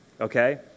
Okay